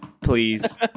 please